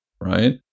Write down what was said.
right